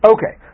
Okay